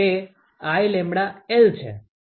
તે IλL છે